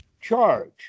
Charge